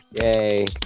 Yay